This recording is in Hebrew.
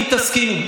אם תסכימי,